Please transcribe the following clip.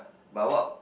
but what